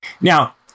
Now